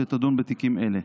שתדון בתיקים אלה.